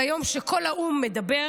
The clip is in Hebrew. ביום שכל האו"ם מדבר